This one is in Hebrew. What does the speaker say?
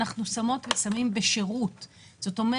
אנחנו שמות ושמים בשירות ובתשתיות,